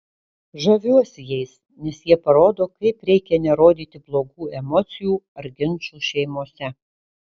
žaviuosi jais nes jie parodo kaip reikia nerodyti blogų emocijų ar ginčų šeimose